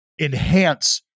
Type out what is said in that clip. enhance